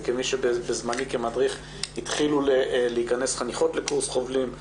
וכמי שבזמני כמדריך התחילו להיכנס חניכות לקורס חובלים,